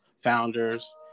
founders